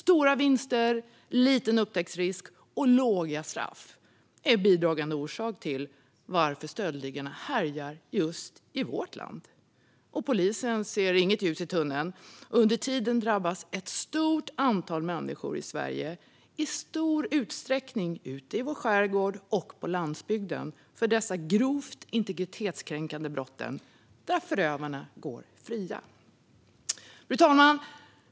Stora vinster, liten upptäcktsrisk och låga straff är bidragande orsaker till att stöldligorna härjar i just vårt land. Polisen ser inget ljus i tunneln samtidigt som ett stort antal människor, framför allt i skärgården och på landsbygden, drabbas av dessa grovt integritetskränkande brott där förövarna går fria. Fru talman!